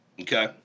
Okay